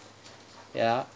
ya